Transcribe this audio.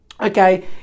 okay